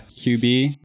QB